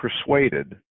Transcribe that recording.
persuaded